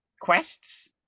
quests